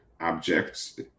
objects